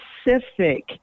specific